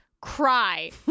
cry